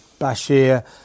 Bashir